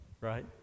right